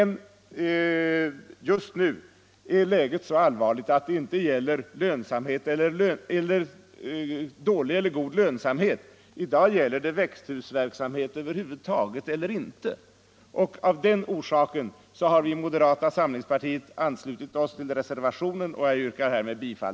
Men just nu är läget så allvarligt att det inte är fråga om god eller dålig lönsamhet. I dag gäller det växthusverksamheten över huvud taget. Av den orsaken har vi i moderata samlingspartiet anslutit oss till reservationen, till vilken jag yrkar bifall.